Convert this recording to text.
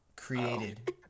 Created